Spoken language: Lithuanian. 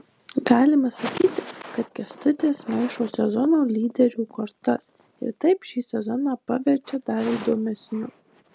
galima sakyti kad kęstutis maišo sezono lyderių kortas ir taip šį sezoną paverčia dar įdomesniu